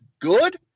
good